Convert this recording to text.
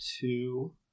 two